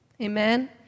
Amen